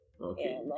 Okay